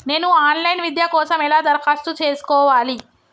నేను online విద్య కోసం ఎలా దరఖాస్తు చేసుకోవాలి?